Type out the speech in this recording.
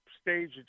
stage